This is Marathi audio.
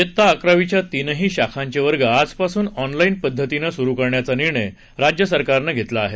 खेत्ता अकरावीच्या तीनही शाखांचे वर्ग आजपासून ऑनलाईन पद्धतीने सुरू करण्याचा निर्णय राज्य सरकारनं घेतला आहे